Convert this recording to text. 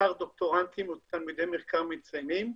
דוקטורנטים או תלמידי מחקר מצטיינים.